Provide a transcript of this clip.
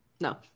No